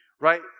right